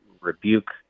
rebuke